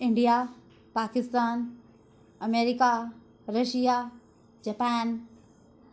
India Pakistan America Russia Japan